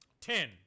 Ten